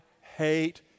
hate